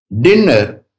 dinner